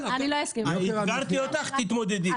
אתגרתי אותך, תתמודדי.